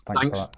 Thanks